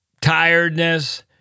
tiredness